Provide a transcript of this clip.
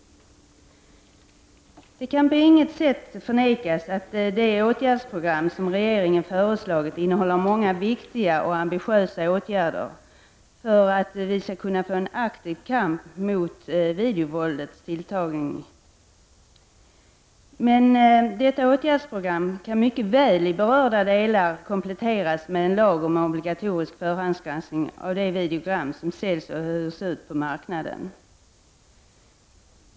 Det kan på intet sätt förnekas att det åtgärdsprogram som regeringen föreslagit innehåller många viktiga och ambitiösa åtgärder för att vi skall kunna föra en aktiv kamp mot det ökande videovåldet. Men detta åtgärdsprogram kan mycket väl i berörda delar kompletteras med en lag om obligatorisk förhandsgranskning av de videogram som säljs och hyrs ut på marknaden.